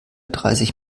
dreißig